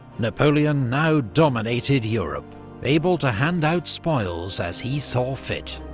napoleon now dominated europe able to hand out spoils as he saw fit.